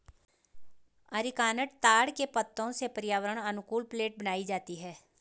areca nut ताड़ के पत्तों से पर्यावरण अनुकूल प्लेट बनाई जाती है